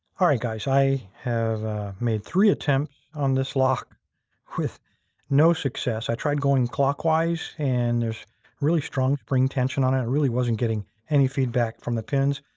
all right, guys. i have made three attempts on this lock with no success. i tried going clockwise and there's really strong spring tension on it. i really wasn't getting any feedback from the pins.